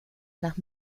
nach